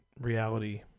reality